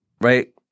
right